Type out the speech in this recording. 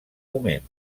moment